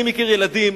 אני מכיר ילדים,